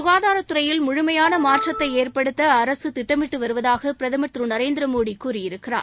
சுகாதாரத்துறையில் முழுமையான மாற்றத்தை ஏற்படுத்த அரசு திட்டமிட்டு வருவதாக பிரதமர் திரு நரேந்திர மோடி கூறியிருக்கிறார்